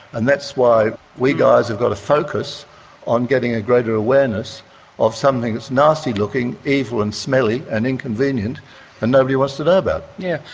and that's why we guys have got to focus on getting a greater awareness of something that's nasty looking, evil and smelly and inconvenient and nobody wants to know about yeah